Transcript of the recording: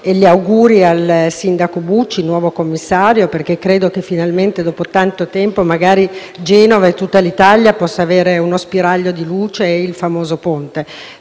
gli auguri al sindaco Bucci, il nuovo commissario, perché credo che finalmente, dopo tanto tempo, Genova e tutta l'Italia possano avere uno spiraglio di luce e il famoso ponte.